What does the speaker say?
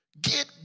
Get